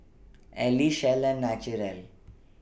Elle Shell and Naturel